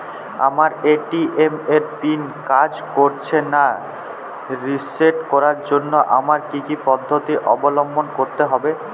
আমার এ.টি.এম এর পিন কাজ করছে না রিসেট করার জন্য আমায় কী কী পদ্ধতি অবলম্বন করতে হবে?